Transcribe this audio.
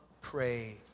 pray